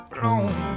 Blown